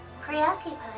preoccupied